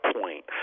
Point